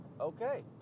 okay